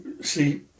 See